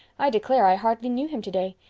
i declare i hardly knew him today.